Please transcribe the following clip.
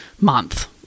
month